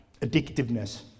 addictiveness